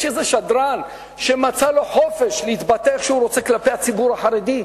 יש איזה שדרן שמצא לו חופש להתבטא איך שהוא רוצה כלפי הציבור החרדי.